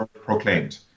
proclaimed